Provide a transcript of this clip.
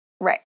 Right